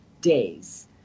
days